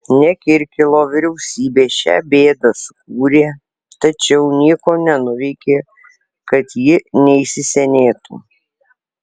ne kirkilo vyriausybė šią bėdą sukūrė tačiau nieko nenuveikė kad ji neįsisenėtų